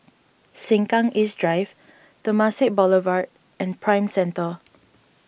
Sengkang East Drive Temasek Boulevard and Prime Centre